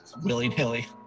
willy-nilly